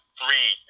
three